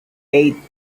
eight